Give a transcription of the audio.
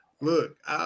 Look